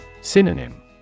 Synonym